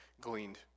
gleaned